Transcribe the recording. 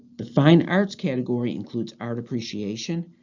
the fine arts category includes art appreciation,